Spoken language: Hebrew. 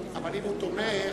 אבל אם הוא תומך,